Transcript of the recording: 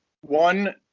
One